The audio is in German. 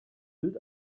bild